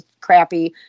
crappy